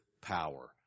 power